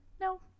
no